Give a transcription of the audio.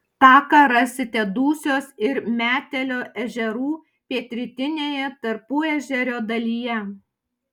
taką rasite dusios ir metelio ežerų pietrytinėje tarpuežerio dalyje